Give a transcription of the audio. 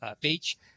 page